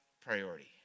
priority